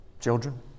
Children